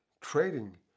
trading